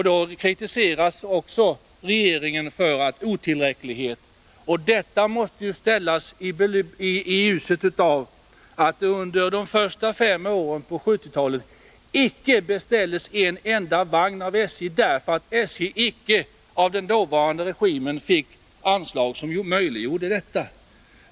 Då kritiseras regeringen för otillräcklighet. Men detta måste ställas i ljuset av att det under de första fem åren på regimen icke fick anslag som möjliggjorde detta.